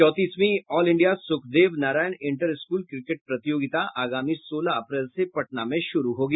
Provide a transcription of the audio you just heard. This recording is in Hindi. चौंतीसवीं all India Sukhdev Narayan inter school cricket प्रतियोगिता आगामी सोलह अप्रैल से पटना में शुरू होगी